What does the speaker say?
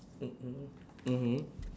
mmhmm mmhmm